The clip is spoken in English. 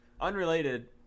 Unrelated